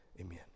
Amen